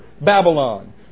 Babylon